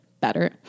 better